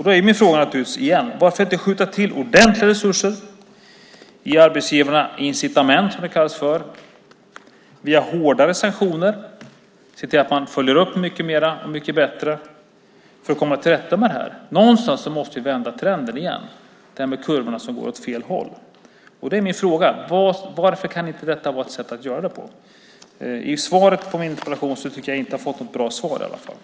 Då är min fråga igen: Varför inte skjuta till ordentliga resurser, ge arbetsgivarna incitament via hårdare sanktioner och se till att man följer upp mer och bättre för att komma till rätta med det här? Någonstans måste vi vända trenden och kurvorna. Det är min fråga. Varför kan inte detta vara ett sätt att göra det på? I svaret på min interpellation tycker jag inte att jag har fått något bra svar på min fråga.